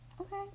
Okay